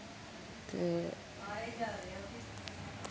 ते